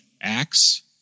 acts